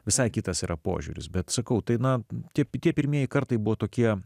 visai kitas yra požiūrius bet sakau tai na tik tie pirmieji kartai buvo tokie